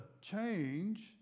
change